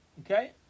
Okay